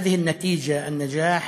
התוצאה הזאת, ההצלחה,